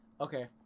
okay